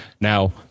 Now